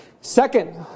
second